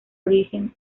origen